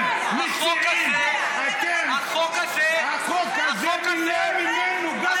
אתם מציעים, החוק הזה, מילה ממנו לא תהיה.